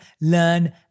learn